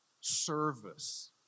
service